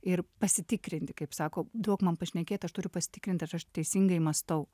ir pasitikrinti kaip sako duok man pašnekėti aš turiu pasitikrinti ar aš teisingai mąstau